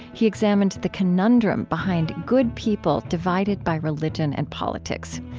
he examined the conundrum behind good people divided by religion and politics.